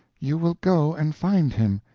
you will go and find him.